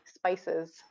spices